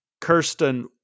Kirsten